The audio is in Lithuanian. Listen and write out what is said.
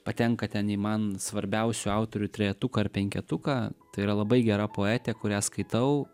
patenka ten į man svarbiausių autorių trejetuką ar penketuką tai yra labai gera poetė kurią skaitau